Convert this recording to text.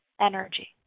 energy